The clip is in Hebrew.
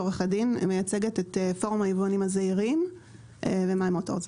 אני מייצגת את פורום היבואנים הזעירים ומאי מוטורס.